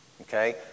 Okay